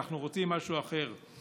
אנחנו רוצים משהו אחר,